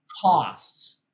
costs